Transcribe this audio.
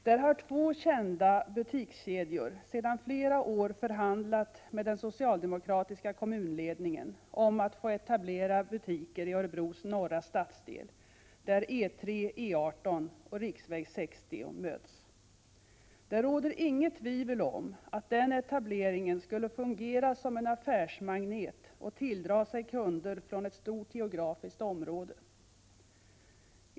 Där har två kända munledningen om att få etablera butiker i Örebros norra stadsdel där E3/E18 och riksväg 60 möts. Det råder inget tvivel om att den etableringen skulle fungera som en affärsmagnet och tilldra sig kunder från ett stort geografiskt område.